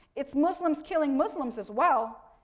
it's muslims killing muslims, as well,